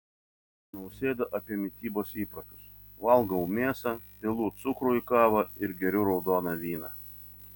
nausėda apie mitybos įpročius valgau mėsą pilu cukrų į kavą ir geriu raudoną vyną